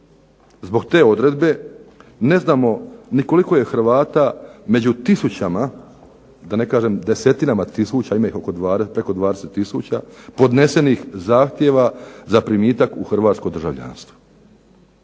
Zbog te odredbe ne znamo ni koliko je Hrvata među tisućama, da ne kažem desetinama tisuća, ima ih preko 20 tisuća, podnesenih zahtjeva za primitak u hrvatsko državljanstvo.